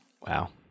wow